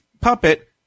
puppet